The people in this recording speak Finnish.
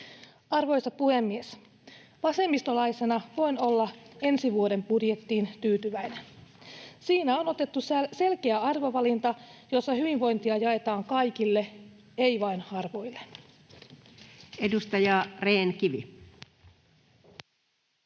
Arvoisa puhemies! Vasemmistolaisena voin olla ensi vuoden budjettiin tyytyväinen. Siinä on otettu selkeä arvovalinta, jossa hyvinvointia jaetaan kaikille, ei vain harvoille. [Speech